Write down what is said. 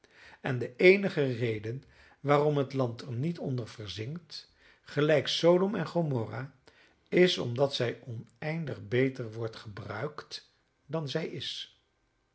en de eenige reden waarom het land er niet onder verzinkt gelijk sodom en gomorra is omdat zij oneindig beter wordt gebruikt dan zij is